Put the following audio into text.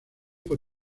por